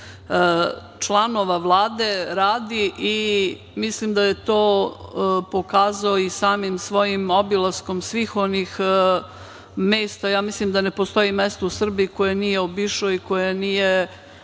članova Vlade radi, i mislim da je to pokazao i samim svojim obilaskom svih onih mesta, ja mislim da ne postoji mesto u Srbiji koje nije obišao i koje nije